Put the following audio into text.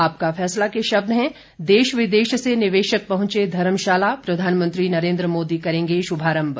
आपका फैसला के शब्द हैं देश विदेश से निवेशक पहुंचे धर्मशाला प्रधानमंत्री नरेंद्र मोदी करेंगे शुभारंभ